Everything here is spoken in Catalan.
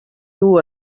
duu